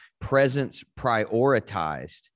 presence-prioritized